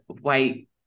white